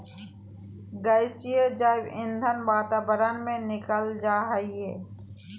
गैसीय जैव ईंधन वातावरण में निकल जा हइ